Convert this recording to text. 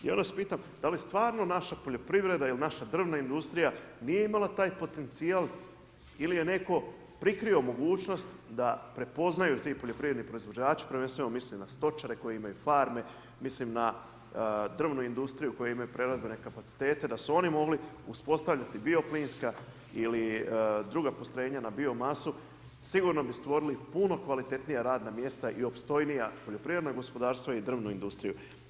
Ja vas pitam, da li stvarno naša poljoprivreda ili naša drvna industrija nije imala taj potencijal ili je netko prikrio mogućnost da prepoznaju ti poljoprivredni proizvođači, prvenstveno mislim na stočare koji imaju farme, mislim na drvnu industriju koji imaju preradbene kapacitete, da su oni mogli uspostavljati bio-plinska ili druga postrojenja na bio masu, sigurno bi stvorili puno kvalitetnija radna mjesta i opstojnija poljoprivredna gospodarstva i drvnu industriju.